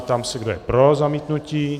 Ptám se, kdo je pro zamítnutí.